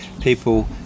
people